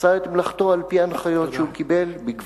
עשו את מלאכתן על-פי ההנחיות שקיבלו,